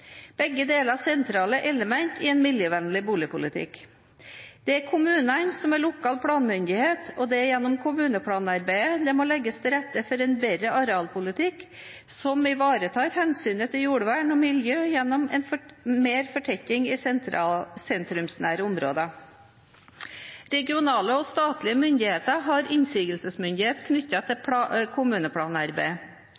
begge deler sentrale elementer i en miljøvennlig boligpolitikk. Det er kommunene som er lokal planmyndighet, og det er gjennom kommuneplanarbeidet det må legges til rette for en bedre arealpolitikk som ivaretar hensynet til jordvern og miljø gjennom mer fortetting i sentrumsnære områder. Regionale og statlige myndigheter har innsigelsesmyndighet knyttet til